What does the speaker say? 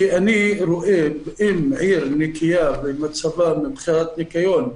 כי אני רואה עיר נקייה מבחינת ניקיון,